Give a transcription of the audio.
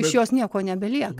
iš jos nieko nebelieka